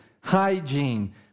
hygiene